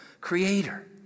creator